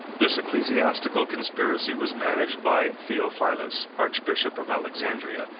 this ecclesiastical conspiracy was managed by theophilus, archbishop of alexandria,